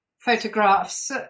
photographs